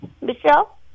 Michelle